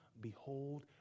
behold